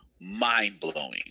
mind-blowing